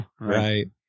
right